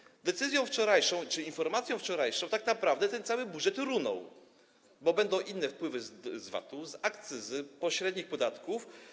Z uwagi na decyzję wczorajszą czy informację wczorajszą tak naprawdę ten cały budżet runął, bo będą inne wpływy z VAT-u, akcyzy, pośrednich podatków.